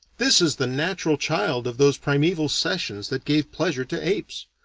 this is the natural child of those primeval sessions that gave pleasure to apes.